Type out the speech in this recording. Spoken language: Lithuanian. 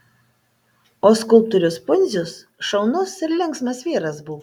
o skulptorius pundzius šaunus ir linksmas vyras buvo